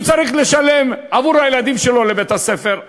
הוא צריך לשלם עבור הילדים שלו לבית-הספר,